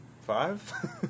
Five